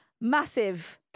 Massive